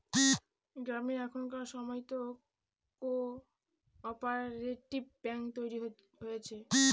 গ্রামে এখনকার সময়তো কো অপারেটিভ ব্যাঙ্ক তৈরী হয়েছে